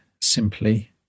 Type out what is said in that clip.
simply